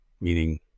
meaning